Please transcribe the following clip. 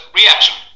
reaction